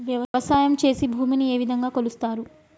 వ్యవసాయం చేసి భూమిని ఏ విధంగా కొలుస్తారు?